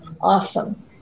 Awesome